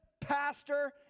pastor